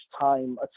time